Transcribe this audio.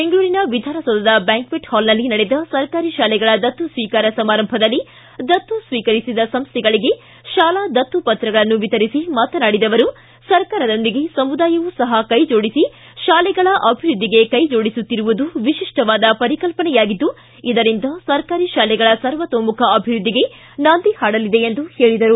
ಬೆಂಗಳೂರಿನ ವಿಧಾನಸೌಧದ ಬ್ಯಾಂಕ್ಷೆಟ್ ಹಾಲ್ನಲ್ಲಿ ನಡೆದ ಸರ್ಕಾರಿ ಶಾಲೆಗಳ ದತ್ತು ಸ್ವೀಕಾರ ಸಮಾರಂಭದಲ್ಲಿ ದತ್ತು ಸ್ವೀಕರಿಸಿದ ಸಂಸ್ವೆಗಳಿಗೆ ಶಾಲಾ ದತ್ತು ಪತ್ರಗಳನ್ನು ವಿತರಿಸಿ ಮಾತನಾಡಿದ ಅವರು ಸರ್ಕಾರದೊಂದಿಗೆ ಸಮುದಾಯವೂ ಸಹ ಕೈಜೋಡಿಸಿ ಶಾಲೆಗಳ ಅಭಿವೃದ್ಧಿಗೆ ಕೈಜೋಡಿಸುತ್ತಿರುವುದು ವಿಶಿಷ್ಟವಾದ ಪರಿಕಲ್ಪನೆಯಾಗಿದ್ದು ಇದರಿಂದ ಸರ್ಕಾರಿ ಶಾಲೆಗಳ ಸರ್ವತೋಮುಖ ಅಭಿವೃದ್ಧಿಗೆ ನಾಂದಿ ಹಾಡಲಿದೆ ಎಂದರು